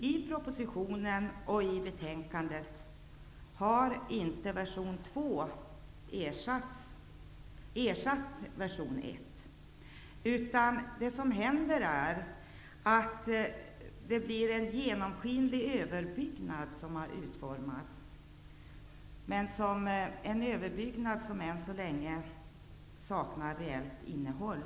I propositionen och betänkandet har inte den andra versionen ersatt den första. Det har i stället utformats en genomskinlig överbyggnad som än så länge saknar reellt innehåll.